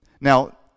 Now